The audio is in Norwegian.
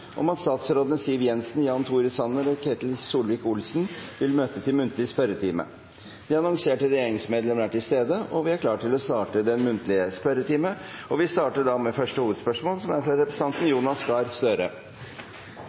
om at statsrådene Siv Jensen, Jan Tore Sanner og Ketil Solvik-Olsen vil møte til muntlig spørretime. De annonserte regjeringsmedlemmer er til stede, og vi er klare til å starte den muntlige spørretimen. Vi starter da med første hovedspørsmål, som er fra representanten Jonas Gahr Støre.